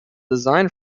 design